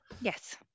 yes